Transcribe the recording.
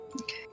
Okay